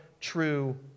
true